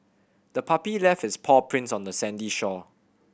the puppy left its paw prints on the sandy shore